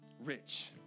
rich